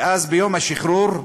ואז, ביום השחרור,